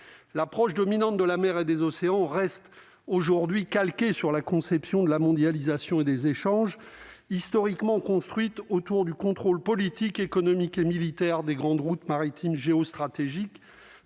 l'approche dominante de la mer et des océans, reste aujourd'hui calqué sur la conception de la mondialisation et des échanges historiquement construite autour du contrôle politique, économique et militaire des grandes routes maritimes géostratégique